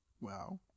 Wow